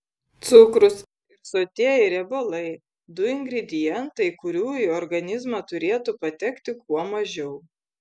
cukrus ir sotieji riebalai du ingredientai kurių į organizmą turėtų patekti kuo mažiau